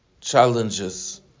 challenges